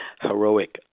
heroic